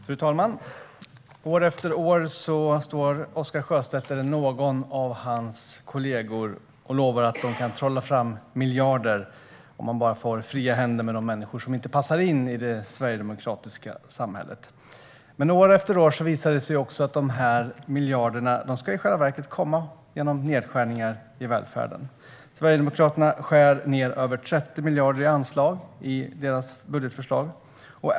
Fru talman! År efter år står Oscar Sjöstedt eller någon av hans kollegor här och lovar att de kan trolla fram miljarder om de bara får fria händer med de människor som inte passar in i det sverigedemokratiska samhället. Men år efter år visar det sig att de här miljarderna i själva verket ska komma från nedskärningar i välfärden. Sverigedemokraterna skär ned över 30 miljarder i anslag i sitt budgetförslag.